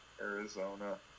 Arizona